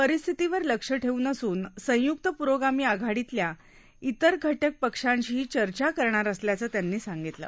परिस्थितीवर लक्ष ठेवून असून संय्क्त् प्रोगामी आघाडीतल्या इतर घटकपक्षांशीही चर्चा करणार असल्याचं त्यांनी सांगितलं